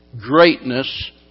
greatness